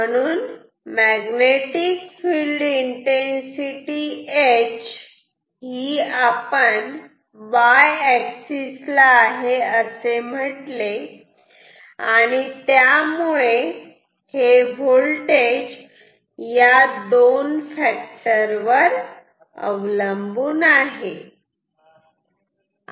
म्हणून magnetic field intensity H ही आपण Y अॅक्सिस ला आहे असे म्हणू आणि त्यामुळे हे होल्टेज या दोन फॅक्टर वर अवलंबून असते